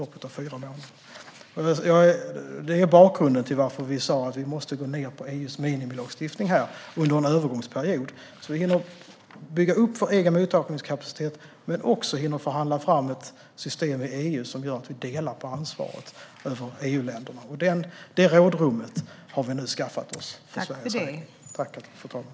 Detta är bakgrunden till att vi sa att vi måste gå ned på EU:s minimilagstiftning under en övergångsperiod så att vi hinner bygga upp vår egen mottagningskapacitet men också förhandla fram ett system i EU som gör att EU-länderna delar på ansvaret. Det rådrummet har vi nu skaffat oss.